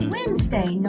Wednesday